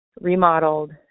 remodeled